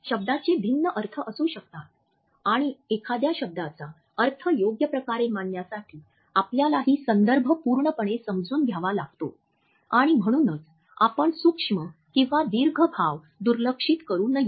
शब्दाचे भिन्न अर्थ असू शकतात आणि एखाद्या शब्दाचा अर्थ योग्यप्रकारे मांडण्यासाठी आपल्यालाही संदर्भ पूर्णपणे समजून घ्यावा लागतो आणि म्हणूनच आपण सूक्ष्म किंवा दीर्घ भाव दुर्लक्षित करू नयेत